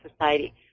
society